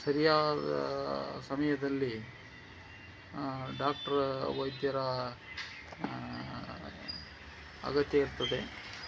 ಸರಿಯಾದ ಸಮಯದಲ್ಲಿ ಡಾಕ್ಟ್ರ ವೈದ್ಯರ ಅಗತ್ಯ ಇರ್ತದೆ